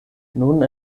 nun